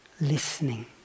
listening